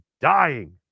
dying